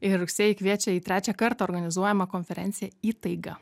ir rugsėjį kviečia į trečią kartą organizuojamą konferenciją įtaiga